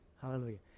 Hallelujah